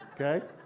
Okay